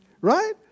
Right